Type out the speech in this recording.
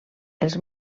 els